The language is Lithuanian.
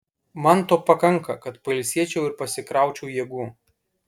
man to pakanka kad pailsėčiau ir pasikraučiau jėgų